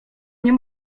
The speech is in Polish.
nie